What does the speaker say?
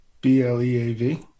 B-L-E-A-V